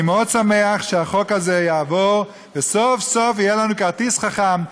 אני מאוד שמח שהחוק הזה יעבור וסוף-סוף יהיה לנו כרטיס חכם.